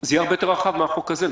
זה יהיה הרבה יותר רחב מהחוק הזה.